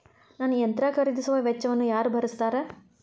ನನ್ನ ಯಂತ್ರ ಖರೇದಿಸುವ ವೆಚ್ಚವನ್ನು ಯಾರ ಭರ್ಸತಾರ್?